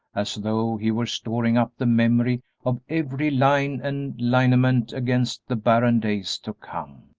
as though he were storing up the memory of every line and lineament against the barren days to come.